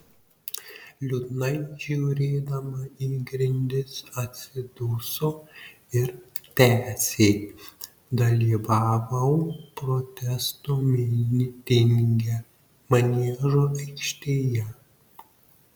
liūdnai žiūrėdama į grindis atsiduso ir tęsė dalyvavau protesto mitinge maniežo aikštėje